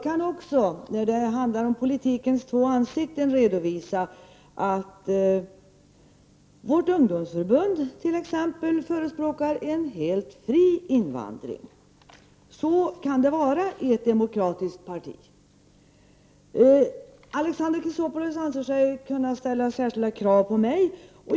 När det gäller talet om politikens två ansikten kan jag redovisa att vårt ungdomsförbund t.ex. förespråkar en helt fri invandring. Så kan det vara i ett demokratiskt parti. Alexander Chrisopoulos anser sig kunna ställa särskilda krav på mig.